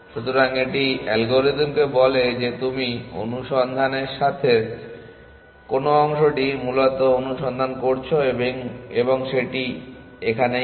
সুতরাং এটি অ্যালগরিদমকে বলে যে তুমি অনুসন্ধানের স্থানের কোন অংশটি মূলত অনুসন্ধান করছো এবং এটি সেটাই করে